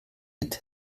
mit